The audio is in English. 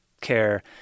care